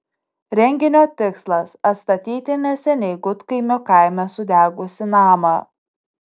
renginio tikslas atstatyti neseniai gudkaimio kaime sudegusį namą